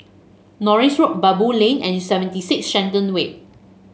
Norris Road Baboo Lane and Seventy Six Shenton Way